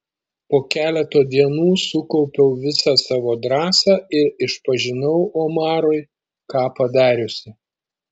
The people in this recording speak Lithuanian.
po keleto dienų sukaupiau visą savo drąsą ir išpažinau omarui ką padariusi